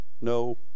no